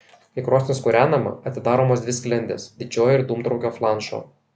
kai krosnis kūrenama atidaromos dvi sklendės didžioji ir dūmtraukio flanšo